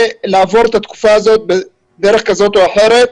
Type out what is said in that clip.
ולעבור את התקופה הזאת בדרך כזאת או אחרת.